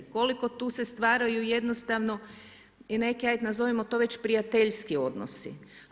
Koliko tu se stvaraju i jednostavno i neke, ajde nazovimo to već prijateljski odnosi.